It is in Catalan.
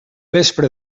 vespre